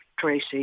Tracy